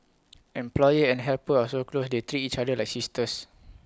employer and helper are so close they treat each other like sisters